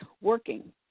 working